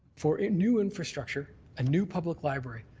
for new infrastructure ah new public library.